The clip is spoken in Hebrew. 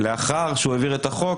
לאחר שהוא העביר את החוק,